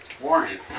Warren